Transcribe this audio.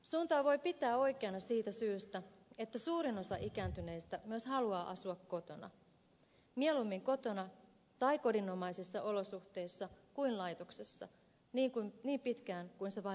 suuntaa voi pitää oikeana siitä syystä että suurin osa ikääntyneistä myös haluaa asua kotona mieluummin kotona tai kodinomaisissa olosuhteissa kuin laitoksessa niin pitkään kuin se vain on mahdollista